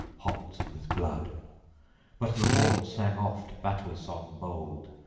hot with blood but the horn sang oft battle-song bold.